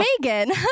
Megan